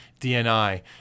DNI